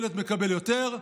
ילד מקבל יותר,